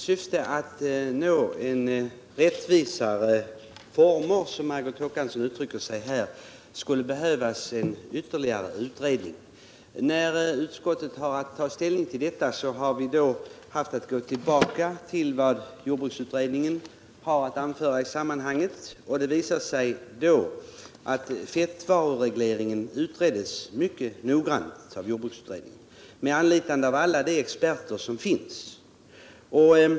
Herr talman! I syfte att få till stånd rättvisare former skulle det behövas ytterligare en utredning, sade Margot Håkansson. När utskottet hade att ta ställning gick vi tillbaka och såg vad jordbruksutredningen anför i sammanhanget. Det visade sig då att jordbruksutredningen hade utrett fettvaruregleringen mycket noggrant med anlitande av alla tillgängliga experter.